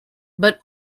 but